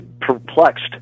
perplexed